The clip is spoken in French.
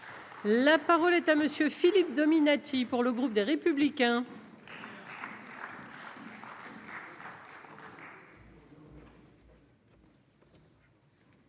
La parole est à monsieur Philippe Dominati pour le groupe des Républicains.